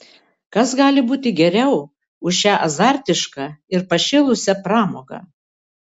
kas gali būti geriau už šią azartišką ir pašėlusią pramogą